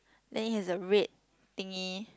then he has a red thingy